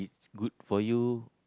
good for you